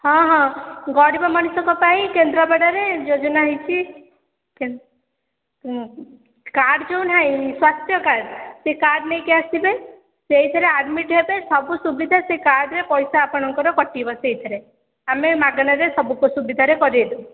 ହଁ ହଁ ଗରିବ ମଣିଷଙ୍କ ପାଇଁ କେନ୍ଦ୍ରାପଡ଼ାରେ ଯୋଜନା ହୋଇଛି କାର୍ଡ୍ ଯେଉଁ ନାହିଁ କାର୍ଡ୍ ସେଇ କାର୍ଡ୍ ନେଇକି ଆସିବେ ସେଇଥିରେ ଆଡ଼୍ମିଟ୍ ହେବେ ସବୁ ସୁବିଧା ସେହି କାର୍ଡ଼୍ରେ ପଇସା ଆପଣଙ୍କର କଟିବ ସେଇଥିରେ ଆମେ ମାଗଣାରେ ସବୁ ସୁବିଧାରେ କରାଇ ଦେବୁ